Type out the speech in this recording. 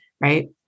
right